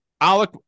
Alec